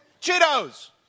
Cheetos